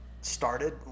started